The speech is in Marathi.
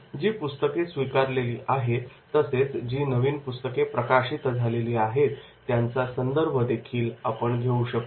जी पुस्तके स्विकारलेली आहेत तसेच जी नवीन पुस्तके प्रकाशित झालेली आहेत त्यांचादेखील संदर्भ आपण घेऊ शकतो